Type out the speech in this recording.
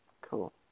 cool